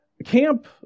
Camp